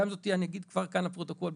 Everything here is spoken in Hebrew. ואני אגיד כאן לפרוטוקול,